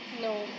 No